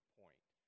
point